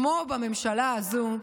כמו בממשלה הזאת.